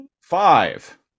five